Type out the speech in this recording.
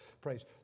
praise